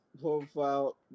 profile